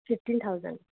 fifteen thousand